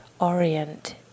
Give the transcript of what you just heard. orient